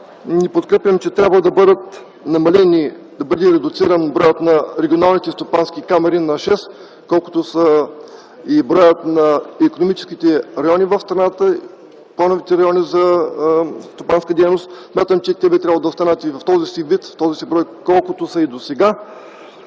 не подкрепям, че трябва да бъде намален и редуциран броят на регионалните стопански камари на шест, колкото е и броят на икономическите райони в страната и спорните райони за стопанска дейност. Смятам, че те би трябвало да останат в този си вид, в този си брой, колкото са и досега.